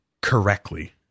correctly